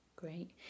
great